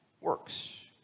works